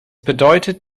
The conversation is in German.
bedeutet